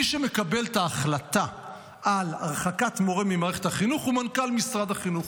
מי שמקבל את ההחלטה על הרחקת מורה ממערכת החינוך הוא מנכ"ל משרד החינוך.